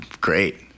great